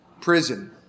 prison